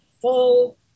full